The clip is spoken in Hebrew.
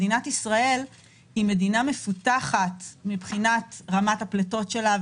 מדינת ישראל היא מדינה מפותחת מבחינת רמת הפליטות שלה,